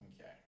Okay